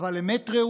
אבל אמת ראויה.